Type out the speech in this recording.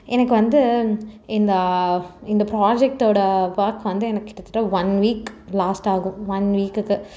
எனக்கு வந்து இந்த இந்த ப்ராஜெக்டோட வோர்க் வந்து எனக்கு கிட்டத்தட்ட ஒன் வீக் லாஸ்ட்டாகும் ஒன் வீக்குக்கு